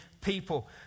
people